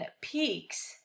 peaks